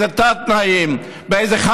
באיזה תת-תנאים,